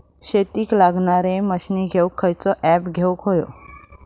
शेतीक लागणारे मशीनी घेवक खयचो ऍप घेवक होयो?